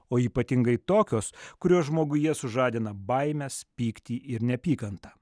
o ypatingai tokios kurios žmoguje sužadina baimes pyktį ir neapykantą